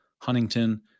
Huntington